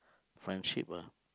friendship ah